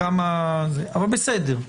אבל בסדר.